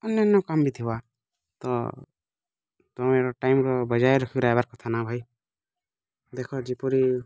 ଅନ୍ୟାନ୍ୟ କାମ୍ ବି ଥିବା ତ ତମେ ଟାଇମ୍ର ବଜାୟ ରଖିବା ରହିବାର କଥା ନା ଭାଇ ଦେଖ ଯେପରି